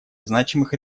значимых